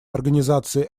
организации